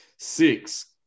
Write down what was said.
Six